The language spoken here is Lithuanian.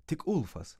tik ulfas